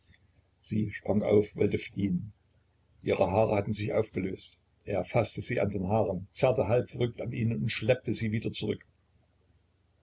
sie sprang auf wollte fliehen ihre haare hatten sich aufgelöst er faßte sie an den haaren zerrte halb verrückt an ihnen und schleppte sie wieder zurück